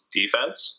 defense